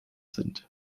sind